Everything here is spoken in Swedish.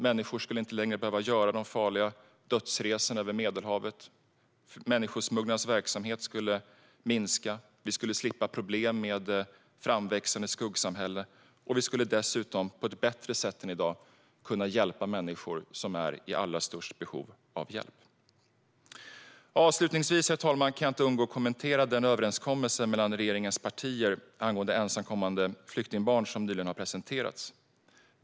Människor skulle inte längre behöva göra de farliga dödsresorna över Medelhavet, människosmugglarnas verksamhet skulle minska, vi skulle slippa problem med ett framväxande skuggsamhälle och vi skulle dessutom på ett bättre sätt än i dag kunna hjälpa de människor som är i allra störst behov av det. Avslutningsvis, herr talman, kan jag inte undgå att kommentera den överenskommelse mellan regeringens partier angående ensamkommande flyktingbarn som nyligen har presenterats.